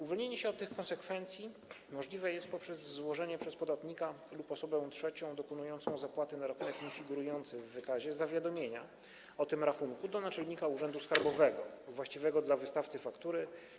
Uwolnienie się od tych konsekwencji możliwe jest poprzez złożenie przez podatnika lub osobę trzecią dokonującą zapłaty na rachunek niefigurujący w wykazie zawiadomienia o tym rachunku do naczelnika urzędu skarbowego właściwego dla wystawcy faktury.